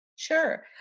Sure